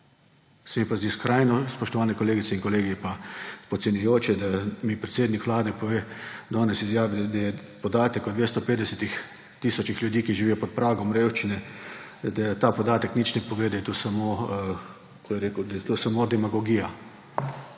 mi pa zdi skrajno, spoštovani kolegice in kolegi, podcenjujoče, da mi predsednik Vlade pove, danes izjavi, da podatek o 250 tisoč ljudi, ki živijo pod pragom revščine, da ta podatek nič ni povedal, da je to samo demagogija.